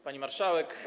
Pani Marszałek!